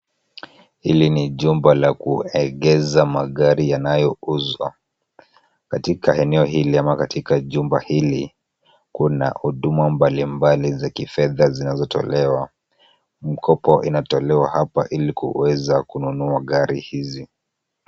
Hili ni jumba la kuegeza magari yanayouzwa. Katika eneo hili ama katika jumba hili, kuna huduma mbalimbali za kifedha zinazotolewa. Mkopo inatolewa hapa ili kuweza kununua gari hizi.